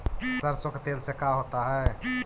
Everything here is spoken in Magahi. सरसों के तेल से का होता है?